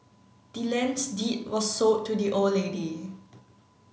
the land's deed was sold to the old lady